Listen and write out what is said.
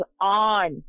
on